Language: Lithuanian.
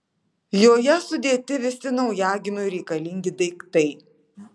joje sudėti visi naujagimiui reikalingi daiktai